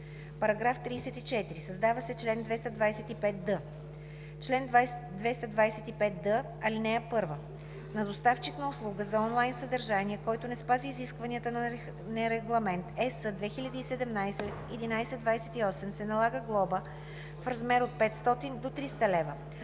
лв.“. § 34. Създава се чл. 225д: „Чл. 225д. (1) На доставчик на услуга за онлайн съдържание, който не спази изискванията на Регламент (ЕС) 2017/1128, се налага глоба в размер от 500 до 3000 лв.,